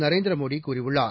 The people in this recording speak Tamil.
நரேந்திர மோடி கூறியுள்ளார்